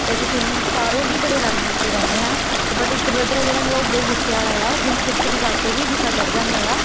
ਅਤੇ ਅਸੀਂ ਤਿੰਨ ਚਾਰੋਂ ਹੀ ਬੜੇ ਰਲ ਮਿਲ ਕੇ ਰਹਿੰਦੇ ਹਾਂ ਅਤੇ ਬਟ ਇੱਕ ਬ੍ਰਦਰ ਆ ਜਿਹੜਾ ਮੇਰਾ ਉਹ ਬਹੁਤ ਗੁੱਸੇ ਵਾਲ਼ਾ ਆ ਜਿਹਨੂੰ ਛੋਟੀ ਛੋਟੀ ਗੱਲ 'ਤੇ ਵੀ ਗੁੱਸਾ ਚੜ੍ਹ ਜਾਂਦਾ ਆ